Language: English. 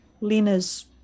Lena's